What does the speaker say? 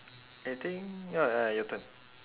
I think uh uh your turn